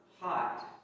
hot